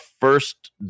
first